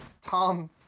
tom